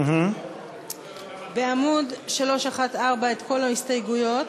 בעמוד 314, את כל ההסתייגויות.